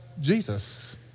Jesus